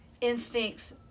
instincts